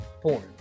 porn